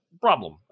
Problem